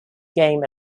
game